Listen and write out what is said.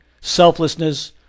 selflessness